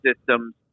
systems